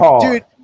Dude